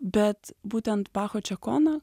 bet būtent bacho čekona